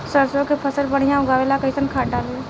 सरसों के फसल बढ़िया उगावे ला कैसन खाद डाली?